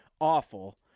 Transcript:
awful